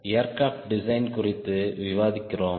aircraft design குறித்து விவாதிக்கிறோம்